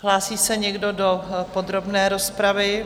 Hlásí se někdo do podrobné rozpravy?